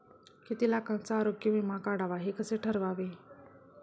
किती लाखाचा आरोग्य विमा काढावा हे कसे ठरवावे?